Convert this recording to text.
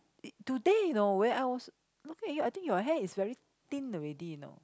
today you know when I was looking at you I think your hair is very thin already you know